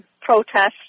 Protests